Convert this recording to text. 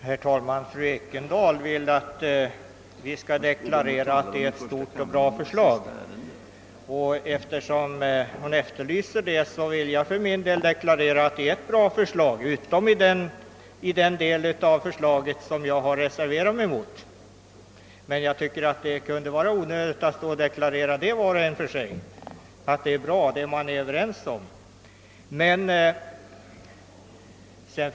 Herr talman! Fru Ekendahl vill att vi skall deklarera att propositionen innehåller ett stort och bra förslag. Eftersom fru Ekendahl vill höra det sägas, vill jag för min del deklarera att det är ett stort och bra förslag — utom i den del som jag har reserverat mig mot! Jag tycker dock att det kan vara onödigt att var och en står upp och deklarerar att det man är överens om är bra.